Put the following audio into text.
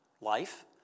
life